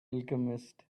alchemist